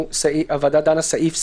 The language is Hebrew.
שהוועדה דנה סעיף סעיף.